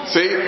See